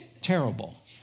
terrible